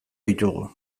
ditugu